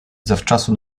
zawczasu